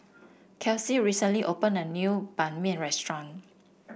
Kelsie recently opened a new Ban Mian restaurant